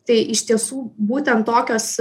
tai iš tiesų būtent tokios